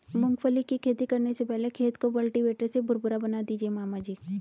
मूंगफली की खेती करने से पहले खेत को कल्टीवेटर से भुरभुरा बना दीजिए मामा जी